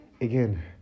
again